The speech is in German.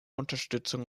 unterstützung